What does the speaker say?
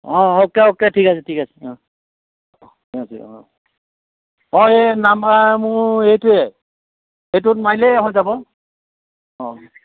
অঁ okay okay ঠিক আছে ঠিক আছে অঁ ঠিক আছে অঁ অঁ এই নাম্বাৰ মোৰ এইটোৱে সেইটোত মাৰিলেই হৈ যাব অঁ